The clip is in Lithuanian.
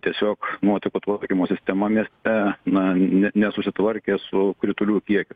tiesiog nuotekų tvarkymo sistema mieste na nesusitvarkė su kritulių kiekiu